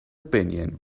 opinion